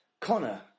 Connor